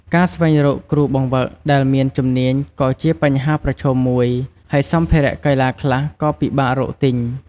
ការស្វែងរកគ្រូបង្វឹកដែលមានជំនាញក៏ជាបញ្ហាប្រឈមមួយ ហើយសម្ភារៈកីឡាខ្លះក៏ពិបាករកទិញ។